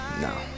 no